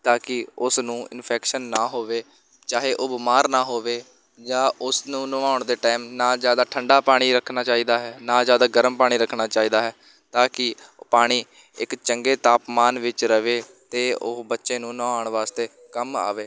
ਤਾਂ ਕਿ ਉਸ ਨੂੰ ਇਨਫੈਕਸ਼ਨ ਨਾ ਹੋਵੇ ਚਾਹੇ ਉਹ ਬਿਮਾਰ ਨਾ ਹੋਵੇ ਜਾਂ ਉਸਨੂੰ ਨਹਾਉਣ ਦੇ ਟਾਈਮ ਨਾ ਜ਼ਿਆਦਾ ਠੰਡਾ ਪਾਣੀ ਰੱਖਣਾ ਚਾਹੀਦਾ ਹੈ ਨਾ ਜ਼ਿਆਦਾ ਗਰਮ ਪਾਣੀ ਰੱਖਣਾ ਚਾਹੀਦਾ ਹੈ ਤਾਂ ਕਿ ਪਾਣੀ ਇੱਕ ਚੰਗੇ ਤਾਪਮਾਨ ਵਿੱਚ ਰਹੇ ਅਤੇ ਉਹ ਬੱਚੇ ਨੂੰ ਨਹਾਉਣ ਵਾਸਤੇ ਕੰਮ ਆਵੇ